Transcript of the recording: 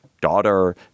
daughter